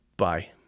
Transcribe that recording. Bye